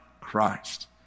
Christ